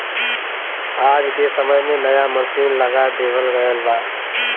आज के समय में नया मसीन लगा देवल गयल बा